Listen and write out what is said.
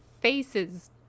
faces